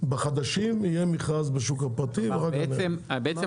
בחדשים יהיה מכרז בשוק הפרטי ואחר כך בעצם